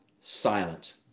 silent